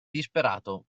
disperato